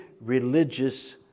religious